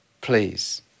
please